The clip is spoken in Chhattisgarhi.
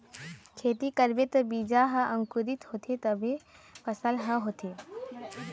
खेती करबे त बीजा ह अंकुरित होथे तभे फसल ह होथे